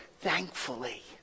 thankfully